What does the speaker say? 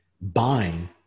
buying